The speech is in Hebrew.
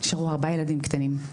נשארו ארבעה ילדים קטנים.